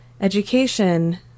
education